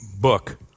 book